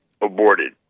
aborted